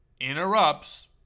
interrupts